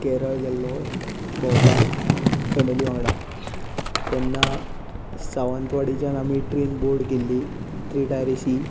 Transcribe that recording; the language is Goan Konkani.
केरळ गेल्लो भोंवपाक फॅमिली वांगडा तेन्ना सावंतवाडीच्यान आमी ट्रेन बोर्ड केल्ली थ्री टायर एसी